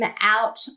out